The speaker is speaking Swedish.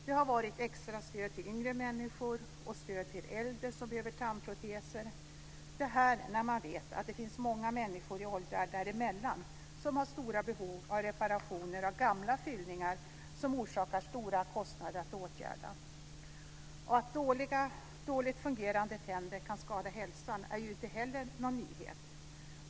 Det har varit extra stöd till yngre människor och stöd till äldre som behöver tandproteser, och detta när man vet att det finns många människor i åldrarna däremellan som har stora behov av reparationer av gamla fyllningar som det orsakar stora kostnader att åtgärda. Att dåligt fungerande tänder kan skada hälsan är ju inte heller någon nyhet.